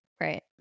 Right